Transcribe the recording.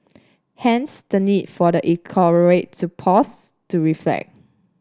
hence the need for the to pause to reflect